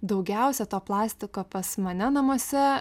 daugiausia to plastiko pas mane namuose